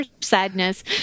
Sadness